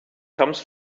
comes